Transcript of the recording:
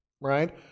Right